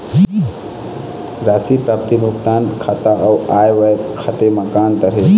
राशि प्राप्ति भुगतान खाता अऊ आय व्यय खाते म का अंतर हे?